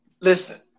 listen